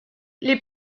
les